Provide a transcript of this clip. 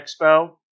Expo